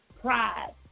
pride